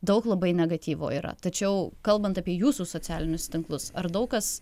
daug labai negatyvo yra tačiau kalbant apie jūsų socialinius tinklus ar daug kas